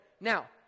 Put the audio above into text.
Now